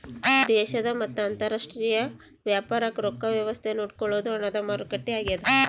ದೇಶದ ಮತ್ತ ಅಂತರಾಷ್ಟ್ರೀಯ ವ್ಯಾಪಾರಕ್ ರೊಕ್ಕ ವ್ಯವಸ್ತೆ ನೋಡ್ಕೊಳೊದು ಹಣದ ಮಾರುಕಟ್ಟೆ ಆಗ್ಯಾದ